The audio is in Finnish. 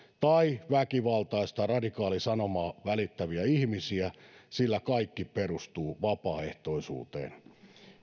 tai väkivaltaista radikaalisanomaa välittäviä ihmisiä sillä kaikki perustuu vapaaehtoisuuteen